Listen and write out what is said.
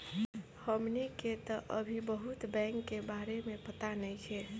हमनी के तऽ अभी बहुत बैंक के बारे में पाता नइखे